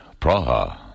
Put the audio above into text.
Praha